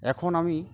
এখন আমি